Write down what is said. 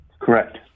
Correct